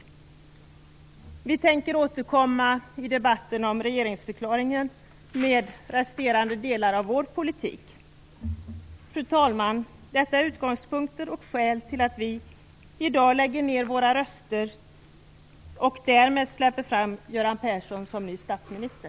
Vi tänker i debatten med anledning av regeringsförklaringen återkomma till resterande delar av vår politik. Fru talman! Detta är utgångspunkter och skäl till att vi i Miljöpartiet de gröna i dag lägger ner våra röster och därmed släpper fram Göran Persson som ny statsminister.